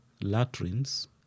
latrines